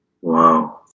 Wow